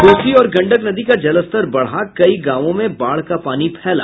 कोसी और गंडक नदी का जलस्तर बढ़ा कई गांवों में बाढ़ का पानी फैला